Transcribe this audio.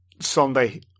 Sunday